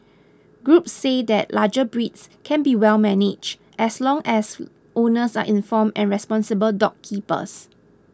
groups say that larger breeds can be well managed as long as owners are informed and responsible dog keepers